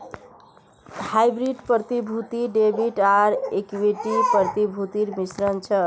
hybrid प्रतिभूति debit आर equity प्रतिभूतिर मिश्रण छ